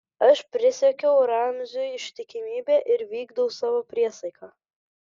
aš prisiekiau ramziui ištikimybę ir vykdau savo priesaiką